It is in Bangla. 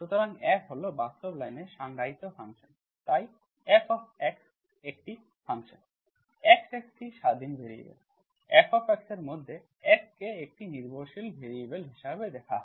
সুতরাং F হল বাস্তব লাইনে এ সংজ্ঞায়িত ফাংশন তাই F একটি ফাংশন x একটি স্বাধীন ভ্যারিয়েবল Fএর মধ্যে F কে একটি নির্ভরশীল ভ্যারিয়েবল হিসাবে দেখা হয়